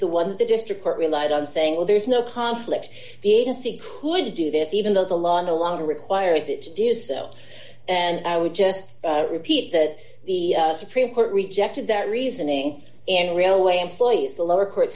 the one that the district court relied on saying well there's no conflict the agency coolidge do this even though the law on the longer requires it to do so and i would just repeat that the supreme court rejected that reasoning and railway employees the lower court